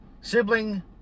Sibling